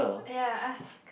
ya ask